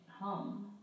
home